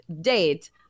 date